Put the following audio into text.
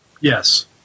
Yes